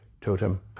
totem